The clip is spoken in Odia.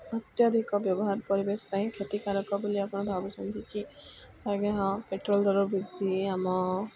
ଅତ୍ୟାଧିକ ବ୍ୟବହାର ପରିବେଶ ପାଇଁ କ୍ଷତିକାରକ ବୋଲି ଆପଣ ଭାବୁଛନ୍ତି କି ଆଜ୍ଞା ହଁ ପେଟ୍ରୋଲ ଦର ବୃଦ୍ଧି ଆମ